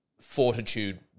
fortitude